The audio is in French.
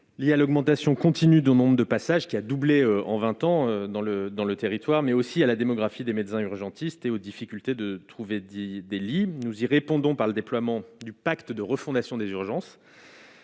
Il y a l'augmentation continue du monde de passage qui a doublé en 20 ans dans le dans le territoire mais aussi à la démographie des médecins urgentistes et aux difficultés de trouver, dit des lignes nous y répondons par le déploiement du pacte de refondation des urgences.